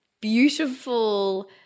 beautiful